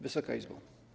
Wysoka Izbo!